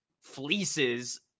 fleeces